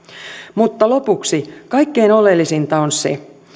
mutta lopuksi kaikkein oleellisinta on se